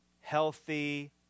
healthy